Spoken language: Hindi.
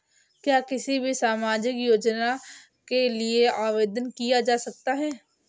क्या किसी भी सामाजिक योजना के लिए आवेदन किया जा सकता है?